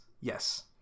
Yes